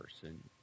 person